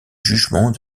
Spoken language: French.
jugements